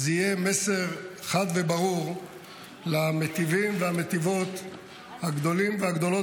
זה יהיה מסר חד וברור למיטיבים והמיטיבות הגדולים והגדולות